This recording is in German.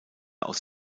aus